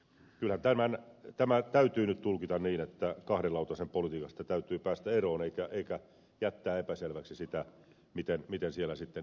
kyllä tämä täytyy nyt tulkita niin että kahden lautasen politiikasta täytyy päästä eroon eikä jättää epäselväksi sitä miten siellä sitten edustaudutaan